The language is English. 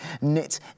knit